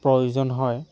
প্ৰয়োজন হয়